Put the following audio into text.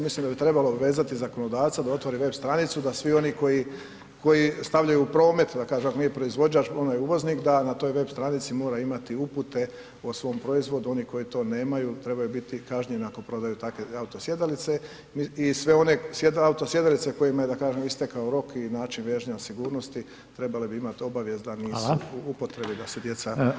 Mislim da bi trebalo obvezati zakonodavca da otvori web stranicu da svi oni koji stavljaju u promet, da kažem, ako nije proizvođač, onda je uvoznik da na toj web stranici mora imati upute o svom proizvodu, oni koji to nemaju, trebaju biti kažnjeni ako prodaju takve auto sjedalice i sve one auto sjedalice kojima je, da kažem, istekao rok i način … [[Govornik se ne razumije]] sigurnosti, trebale bi imati obavijest da [[Upadica: Hvala]] nisu u upotrebi, da se djeca pravilno vežu.